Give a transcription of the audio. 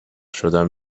شدن